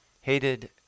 hated